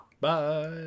Bye